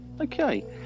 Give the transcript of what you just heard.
Okay